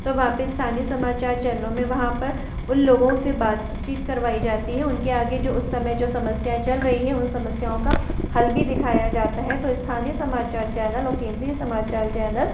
तो वापस स्थानीय समाचार चैनलों में वहाँ पर उन लोगों से बातचीत करवाई जाती है उनके आगे जो उस समय जो समस्याएँ चल रही हैं उन समस्याओं का हल भी दिखाया जाता है तो स्थानीय समाचार चैनलों और केंद्रीय समाचार चैनल